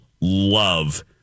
love